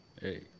Hey